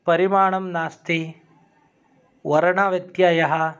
परिमाणं नास्ति वर्णव्यत्ययः